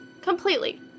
Completely